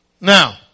Now